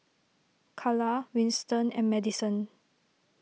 Kala Winston and Madison